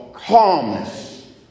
Calmness